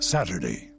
Saturday